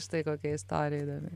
štai kokia istorija įdomi